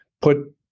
put